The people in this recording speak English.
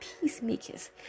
peacemakers